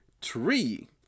TREE